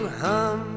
hum